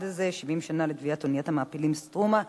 הזה: ציון 70 שנה לטביעת אוניית המעפילים "סטרומה",